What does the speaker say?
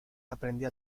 aprendió